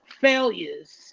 failures